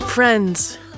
Friends